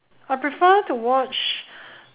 I prefer to watch